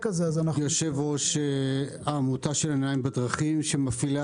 יושב-ראש העמותה בשם "עיניים בדרכים" שמפעילה